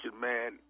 man